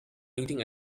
eating